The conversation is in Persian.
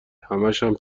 همشم